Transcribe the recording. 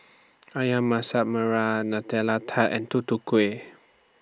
Ayam Masak Merah Nutella Tart and Tutu Kueh